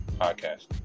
podcast